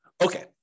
Okay